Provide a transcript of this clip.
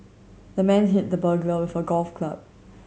the man hit the burglar with a golf club